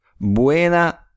Buena